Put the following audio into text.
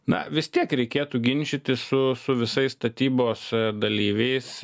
na vis tiek reikėtų ginčytis su su visais statybos dalyviais